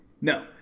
No